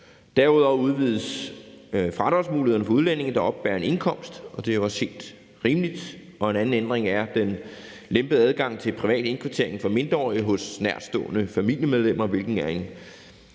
Derudover udvides fradragsmulighederne for udlændinge, der oppebærer en indkomst, og det er jo også helt rimeligt. En anden ændring er den lempede adgang til privat indkvartering for mindreårige hos nærtstående familiemedlemmer, hvilket er en